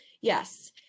Yes